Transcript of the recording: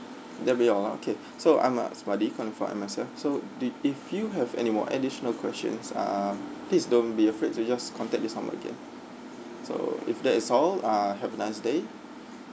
that'll be all okay so I'm asmadi calling from M_S_F so did if you have any more additional questions ah please don't be afraid to just contact this number again so if that is all ah have a nice day